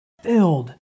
filled